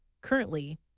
Currently